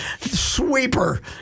sweeper